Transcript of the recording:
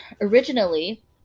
Originally